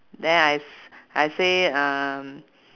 then I I say um